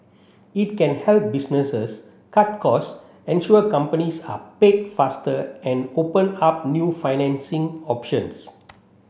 it can help businesses cut costs ensure companies are paid faster and open up new financing options